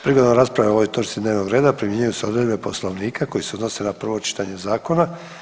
Prigodom rasprave o ovoj točci dnevnog reda primjenjuju se odredbe Poslovnika koje se odnose na prvo čitanje zakona.